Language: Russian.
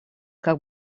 как